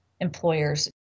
employers